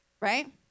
right